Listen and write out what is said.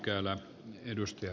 arvoisa puhemies